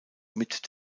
mit